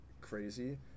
crazy